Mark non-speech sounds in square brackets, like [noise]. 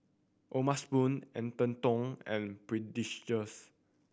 O'ma Spoon Atherton and [unintelligible]